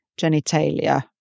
genitalia